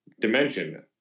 dimension